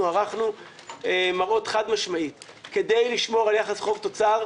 ערכנו מראות חד-משמעית - כדי לשמור על יחס חוב תוצר,